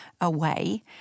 away